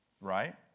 right